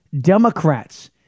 Democrats